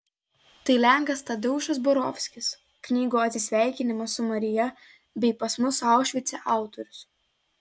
tai lenkas tadeušas borovskis knygų atsisveikinimas su marija bei pas mus aušvice autorius